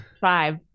five